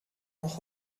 noch